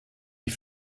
die